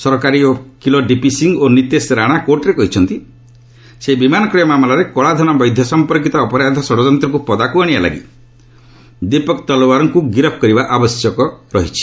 ସରକାରୀ ଓକିଲ ଡିପି ସିଂହ ଓ ନିତେଶ ରାଣା କୋର୍ଟରେ କହିଛନ୍ତି ସେହି ବିମାନକ୍ରୟ ମାମଲାରେ କଳାଧନ ବୈଧ ସମ୍ପର୍କୀତ ଅପରାଧ ଷଡ଼ଯନ୍ତ୍ରକୁ ପଦାକୁ ଆଶିବା ଲାଗି ଦୀପକ ତଲୱାରଙ୍କୁ ଗିରଫ୍ କରିବା ଆବଶ୍ୟକ ହୋଇଛି